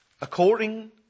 According